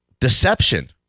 deception